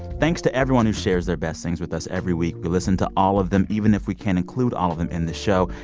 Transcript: thanks to everyone who shares their best things with us every week. we listen to all of them, even if we can't include all of them in the show.